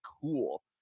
cool